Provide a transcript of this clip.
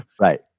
Right